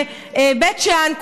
בבית שאן,